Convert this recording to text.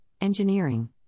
engineering